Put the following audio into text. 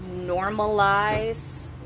normalize